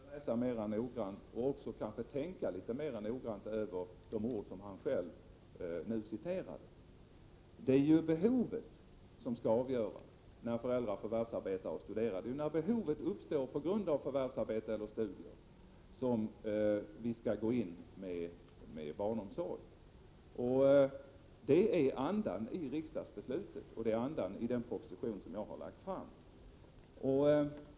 Herr talman! Det är snarast Daniel Tarschys som borde läsa mer noggrant och kanske även tänka litet mer noggrant över de ord han återgav. Det är behovet som skall avgöra. Det är när behov uppstår på grund av förvärvsarbete eller studier som vi kan gå in med barnomsorg. Det är andan i riksdagsbeslutet och det är andan i den proposition som jag har lagt fram.